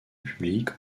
public